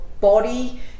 body